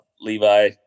Levi